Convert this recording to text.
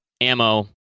ammo